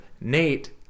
Nate